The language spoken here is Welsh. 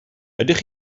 ydych